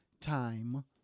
time